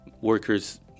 workers